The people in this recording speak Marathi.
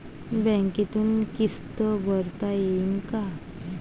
बँकेतून किस्त भरता येईन का?